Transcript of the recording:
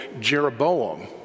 Jeroboam